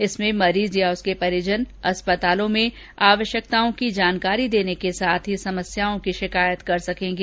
इसमें मरीज या उसके परिजन अस्पतालों में आवश्यकताओं की जानकारी देने के साथ ही समस्याओं की शिकायत कर सकेंगे